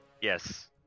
yes